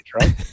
right